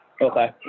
Okay